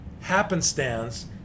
happenstance